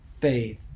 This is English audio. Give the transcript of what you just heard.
faith